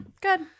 good